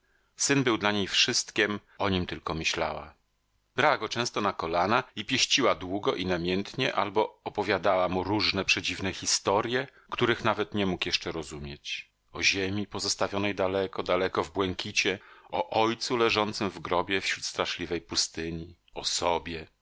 syn był dla niej wszystkiem o nim tylko myślała brała go często na kolana i pieściła długo i namiętnie albo opowiadała mu różne przedziwne historje których nawet nie mógł jeszcze rozumieć o ziemi pozostawionej daleko daleko w błękicie o ojcu leżącym w grobie wśród straszliwej pustyni o sobie